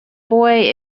boy